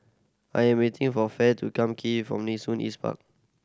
I am waiting for Fae to come from Nee Soon East Park